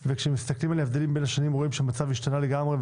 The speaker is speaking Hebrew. וכשמסתכלים על ההבדלים בין השונים רואים שהמצב השתנה לגמרי,